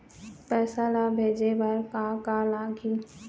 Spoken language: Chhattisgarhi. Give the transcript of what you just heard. पैसा ला भेजे बार का का लगही?